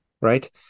right